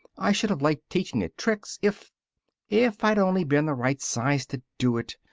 i should have liked teaching it tricks, if if i'd only been the right size to do it!